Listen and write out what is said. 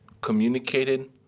communicated